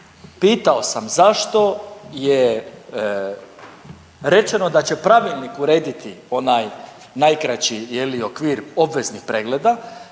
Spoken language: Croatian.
pitao sam zašto je rečeno da će Pravilnik urediti onaj najkraći okvir obveznih pregleda.